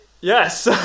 yes